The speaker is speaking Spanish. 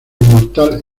inmortal